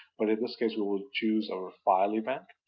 but in this case we will choose our file event,